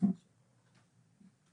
יושבת-ראש הוועדה היקרה.